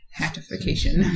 hatification